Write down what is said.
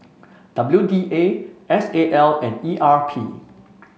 W D A S A L and E R P